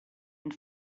and